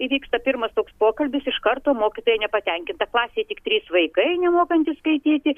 įvyksta pirmas toks pokalbis iš karto mokytoja nepatenkinta klasėj tik trys vaikai nemokantys skaityti